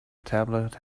tablet